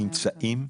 נמצאים.